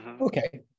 okay